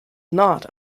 not